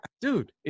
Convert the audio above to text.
Dude